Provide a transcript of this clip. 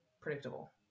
predictable